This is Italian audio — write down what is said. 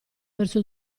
verso